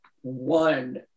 one